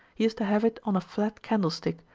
he is to have it on a flat candlestick,